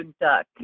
Duck